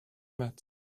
mats